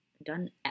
Done